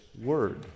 word